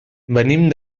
venim